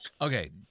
Okay